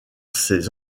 ses